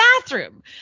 bathroom